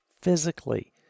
Physically